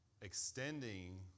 extending